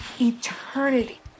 eternity